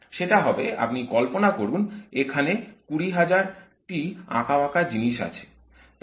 সেটা হবে আপনি কল্পনা করুন এখানে 20000 টি আঁকাবাঁকা জিনিস আছে